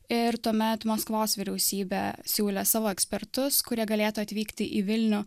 ir tuomet maskvos vyriausybė siūlė savo ekspertus kurie galėtų atvykti į vilnių